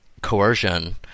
coercion